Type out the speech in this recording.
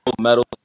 medals